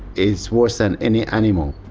it's worse than any animal.